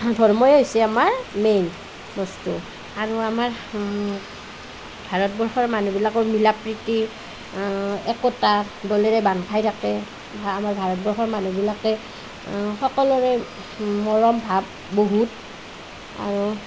ধৰ্মই হৈছে আমাৰ মেইন বস্তু আৰু আমাৰ ভাৰতবৰ্ষৰ মানুহবিলাক মিলা প্ৰীতি একতাৰ ডোলেৰে বান্ধ খাই থাকে ভা আমাৰ ভাৰতবৰ্ষৰ মানুহবিলাকে সকলোৰে মৰম ভাৱ বহুত আৰু